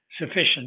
sufficient